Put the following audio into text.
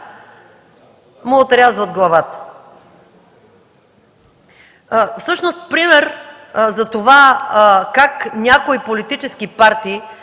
му отрязват главата. Всъщност пример за това как някои политически партии